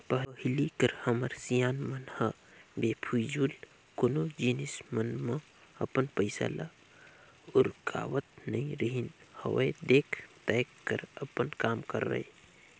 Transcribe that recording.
पहिली कर हमर सियान मन ह बेफिजूल कोनो जिनिस मन म अपन पइसा ल उरकावत नइ रिहिस हवय देख ताएक कर अपन काम करय